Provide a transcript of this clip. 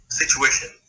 situation